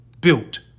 Built